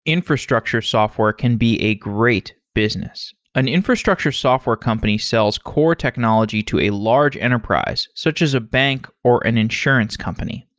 infrastructure software can be a great business. an infrastructure software company sells core technology to a large enterprise such as a bank or an insurance company.